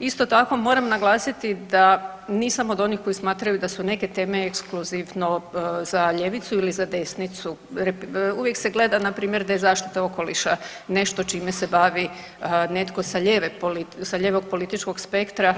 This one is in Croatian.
Isto tako moram naglasiti da nisam od onih koji smatraju da su neke teme ekskluzivno za ljevicu ili za desnicu, uvijek se gleda npr. da je zaštita okoliša nešto čime se bavi netko sa ljevog političkog spektra,